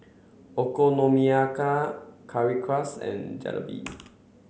Okonomiyaki Currywurst and Jalebi